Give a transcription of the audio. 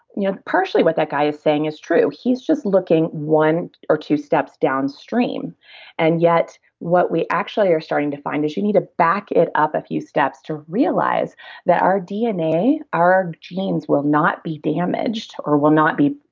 you know partially what that guy is saying is true. he's just looking one or two steps downstream and yet, what we actually are starting to find is you need to back it up a few steps to realize that our dna, our genes will not be damaged or will not be